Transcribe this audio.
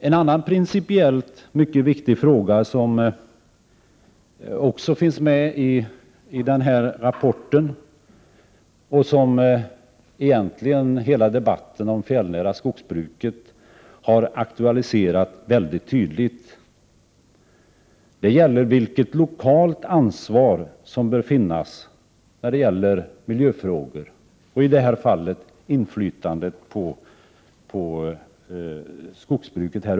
En annan principiellt mycket viktig fråga som också finns med i rapporten, och som egentligen hela debatten om det fjällnära skogsbruket tydligt har aktualiserat, gäller vilket lokalt ansvar som bör finnas när det gäller miljöfrågor — i det här fallet inflytandet på skogsbruket.